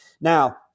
Now